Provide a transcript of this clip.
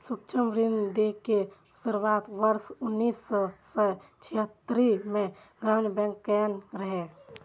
सूक्ष्म ऋण दै के शुरुआत वर्ष उन्नैस सय छिहत्तरि मे ग्रामीण बैंक कयने रहै